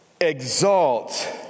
exalt